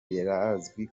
birazwi